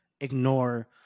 ignore